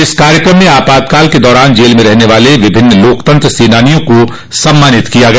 इस कार्यक्रम में आपातकाल के दौरान जेल में रहने वाले विभिन्न लोकतंत्र सेनानियों को सम्मानित किया गया